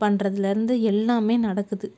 பண்ணுறதுலருந்து எல்லாமே நடக்குது